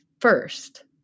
first